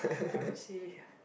I will say